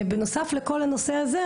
בנוסף לכל הנושא הזה,